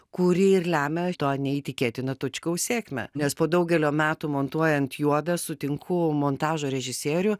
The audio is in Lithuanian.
kuri ir lemia to neįtikėtino tučkaus sėkmę nes po daugelio metų montuojant juoda sutinku montažo režisierių